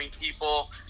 people